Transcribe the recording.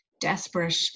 desperate